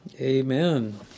Amen